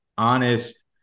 honest